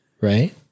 right